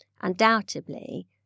undoubtedly